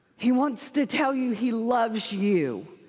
he wants to tell you he loves you,